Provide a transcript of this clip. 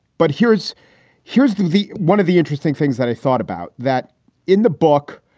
but here's here's the the one of the interesting things that i thought about that in the book,